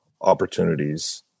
opportunities